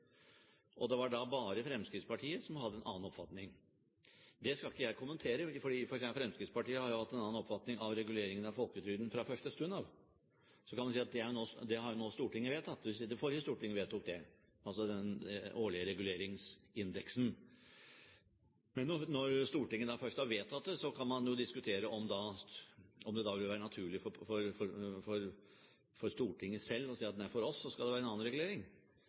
alle partier var representert, også de som ikke er representert i presidentskapet nå – så de har vært med på den vurderingen. Det var da bare Fremskrittspartiet som hadde en annen oppfatning. Det skal ikke jeg kommentere, for Fremskrittspartiet har hatt en annen oppfatning av reguleringen av folketrygden fra første stund av. Så kan man si at den årlige reguleringsindeksen har det forrige storting vedtatt. Når Stortinget først har vedtatt det, kan man jo diskutere om det da vil være naturlig for Stortinget selv å si at nei, for oss skal det være en annen regulering.